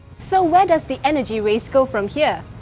so where does the energy race go from here?